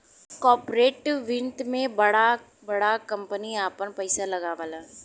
corporate वित्त मे बड़ा बड़ा कम्पनी आपन पइसा लगावला